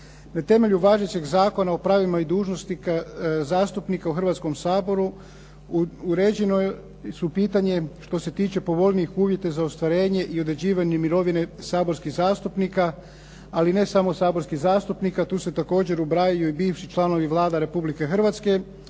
Na temelju važećeg zakona o pravima i dužnostima zastupnika u Hrvatskom saboru uređeno su pitanje što se tiče povoljnijih uvjeta za ostvarenje i određivanje mirovine saborskih zastupnika. Ali ne samo saborskih zastupnika. Tu se također ubrajaju i bivši članovi Vlada Republike Hrvatske,